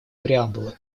преамбулы